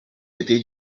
deté